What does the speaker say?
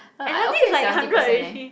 and ninety is like hundred already